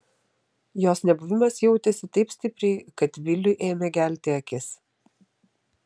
jos nebuvimas jautėsi taip stipriai kad viliui ėmė gelti akis